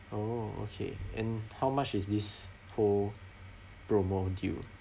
oh okay and how much is this whole promo deal